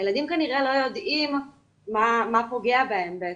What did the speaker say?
הילדים כנראה לא יודעים מה פוגע בהם בעצם.